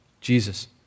Jesus